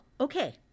Okay